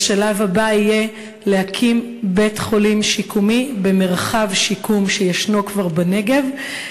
השלב הבא יהיה הקמת בית-חולים שיקומי במרחב שיקום שכבר יש בנגב.